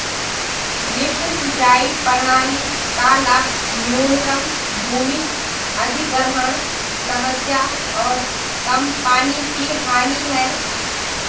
lift सिंचाई प्रणाली का लाभ न्यूनतम भूमि अधिग्रहण समस्या और कम पानी की हानि है